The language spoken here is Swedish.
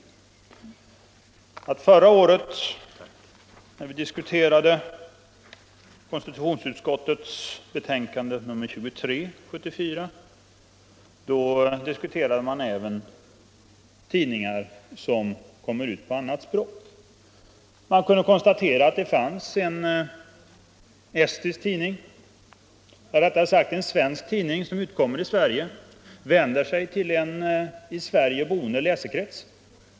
När vi förra året diskuterade konstitutionsutskottets betänkande nr 23 debatterades även tidningar som kommer ut på annat språk. Man kunde då konstatera att det fanns en estnisk tidning. Rättare sagt i en svensk tidning som utkommer i Sverige och som vänder sig till en i Sverige boende läsekrets.